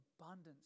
abundance